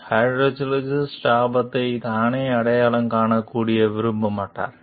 hydrologist ஆபத்தை தானே அடையாளம் காணக்கூட விரும்ப மாட்டார்